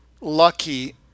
lucky